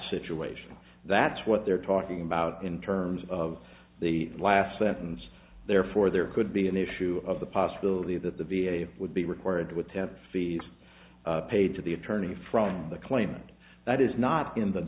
situation that's what they're talking about in terms of the last sentence therefore there could be an issue of the possibility that the v a would be required would have fees paid to the attorney from the claimant that is not in the